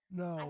no